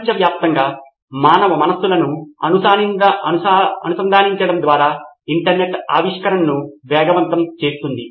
ప్రపంచవ్యాప్తంగా మానవ మనస్సులను అనుసంధానించడం ద్వారా ఇంటర్నెట్ ఆవిష్కరణను వేగవంతం చేస్తుంది